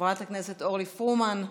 חברת הכנסת אורלי פרומן,